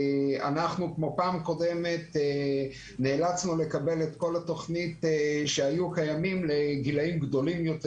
בפעם הקודמת נאלצנו לקבל את כל התכנית שהיתה לגבי גילאים גדולים יותר.